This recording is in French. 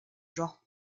genre